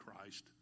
Christ